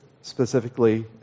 specifically